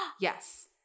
Yes